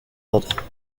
ordres